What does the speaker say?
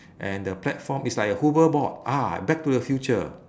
and the platform is like a hoverboard ah back to the future